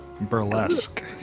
burlesque